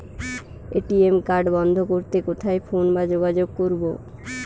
ATM card বন্ধ করতে কোথায় ফোন বা যোগাযোগ করব?